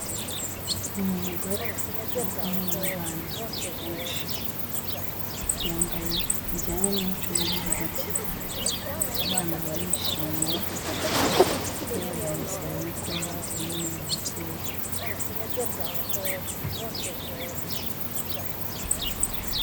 Ni umugore ari kumwe n'abana benshi. Yambaye bijyanye n'umuco w'igihugu ke. Abana barishimye, yewe banezerewe no kuba bari kumwe n'uyu mubyeyi.